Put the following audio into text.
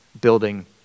building